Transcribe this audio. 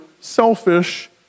selfish